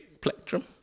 plectrum